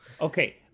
Okay